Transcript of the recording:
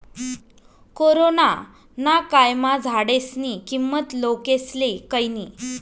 corona ना कायमा झाडेस्नी किंमत लोकेस्ले कयनी